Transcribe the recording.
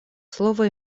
слово